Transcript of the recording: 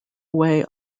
away